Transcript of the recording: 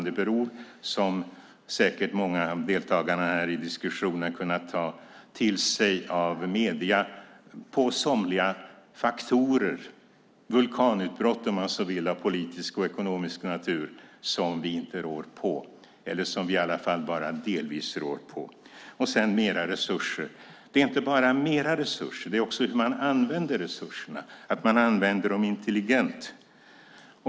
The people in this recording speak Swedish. Det beror, som säkert många av deltagarna här i diskussionen har kunnat ta till sig av medierna, på somliga faktorer. Det är vulkanutbrott, om man så vill, av politisk och ekonomisk natur som vi inte rår på eller som vi i alla fall bara delvis rår på. Det handlar inte bara om mer resurser. Det handlar också om hur man använder resurserna, om att man använder dem intelligent.